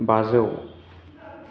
बाजौ